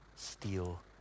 steal